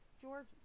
George